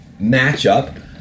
matchup